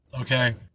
Okay